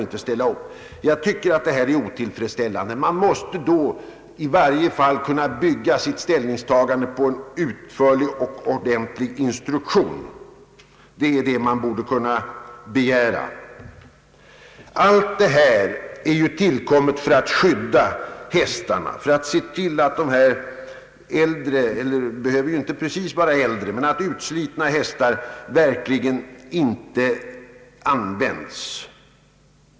Dessa förhållanden är otillfredsställande. Banveterinären måste i varje fall kunna bygga sitt ställningstagande på en utförlig och ordentlig instruktion. Det borde man kunna begära. Allt detta har ju tillkommit för att skydda hästarna, för att se till att äldre, utslitna eller felaktiga hästar verkligen inte används.